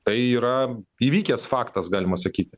tai yra įvykęs faktas galima sakyti